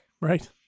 Right